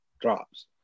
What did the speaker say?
drops